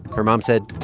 her mom said,